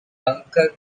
bunker